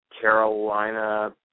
Carolina